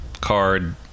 card